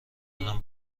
کنم